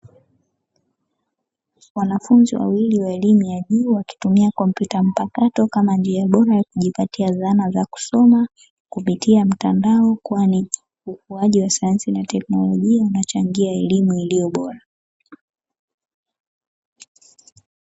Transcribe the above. Wanafunzi wawili wa elimu ya juu wakitumia kompyuta mpakato kama njia bora ya kujipatia zana za kusoma, kupitia mtandao kwani ukuaji wa sayansi na teknolojia unachangia elimu iliyo bora.